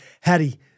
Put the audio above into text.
Hattie